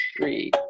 three